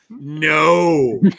No